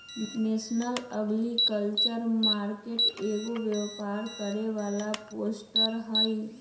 national agriculture market एगो व्यापार करे वाला पोर्टल हई